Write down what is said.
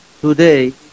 Today